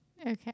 Okay